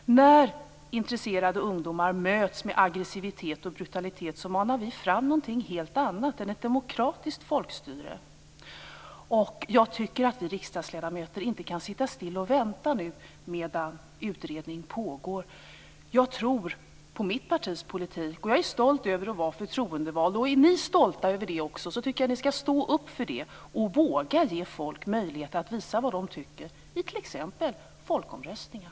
När intresserade ungdomar möts med aggressivitet och brutalitet manar vi fram något helt annat än ett demokratiskt folkstyre. Jag tycker att vi riksdagsledamöter inte kan sitta stilla och vänta medan utredning pågår. Jag tror på mitt partis politik och jag är stolt över att vara förtroendevald. Är ni också stolta över det tycker jag att ni skall stå upp för det och våga ge folk möjlighet att visa vad de tycker t.ex. i folkomröstningar.